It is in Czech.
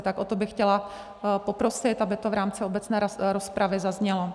Tak o to bych chtěla poprosit, aby to v rámci obecné rozpravy zaznělo.